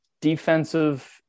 defensive